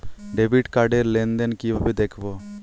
Debit card র লেনদেন কিভাবে দেখবো?